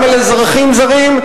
גם על אזרחים זרים,